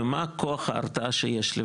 ומה כוח ההרתעה שיש לי.